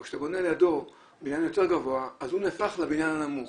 אבל כשאתה בונה לידו בניין יותר גבוה אז הוא הופך לבניין הנמוך.